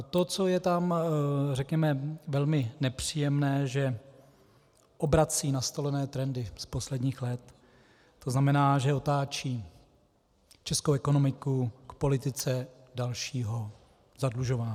To, co je tam řekněme velmi nepříjemné, je, že obrací nastolené trendy z posledních let, tzn. že otáčí českou ekonomiku k politice dalšího zadlužování.